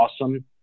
awesome